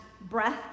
breath